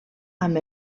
amb